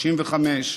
65,